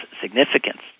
significance